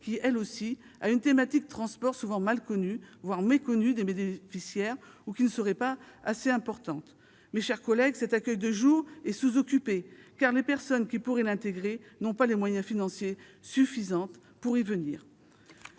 que sa thématique transport est souvent mal connue, voire méconnue des bénéficiaires, cette allocation ne serait pas assez importante. Mes chers collègues, cet accueil de jour est sous-occupé, car les personnes qui pourraient l'intégrer n'ont pas les moyens financiers suffisants pour y venir.